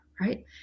right